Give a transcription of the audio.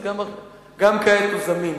אז גם כעת הוא זמין.